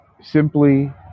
simply